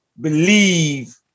believe